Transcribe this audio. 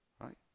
right